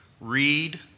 read